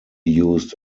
used